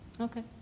Okay